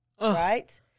right